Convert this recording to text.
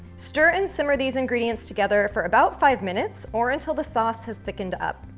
stir and simmer these ingredients together for about five minutes or until the sauce has thickened up.